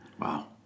Wow